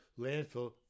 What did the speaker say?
landfill